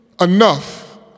enough